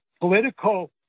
political